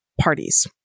parties